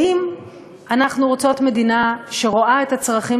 האם אנחנו רוצות מדינה שרואה את הצרכים